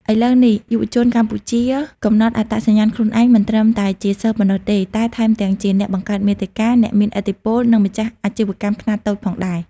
ឥឡូវនេះ យុវជនកម្ពុជាកំណត់អត្តសញ្ញាណខ្លួនឯងមិនត្រឹមតែជាសិស្សប៉ុណ្ណោះទេ តែថែមទាំងជាអ្នកបង្កើតមាតិកា អ្នកមានឥទ្ធិពល និងម្ចាស់អាជីវកម្មខ្នាតតូចផងដែរ។